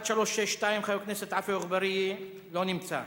1362, חבר הכנסת עפו אגבאריה, לא נמצא,